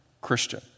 Christian